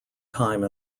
time